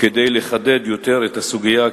כדי לחדד יותר את הסוגיה,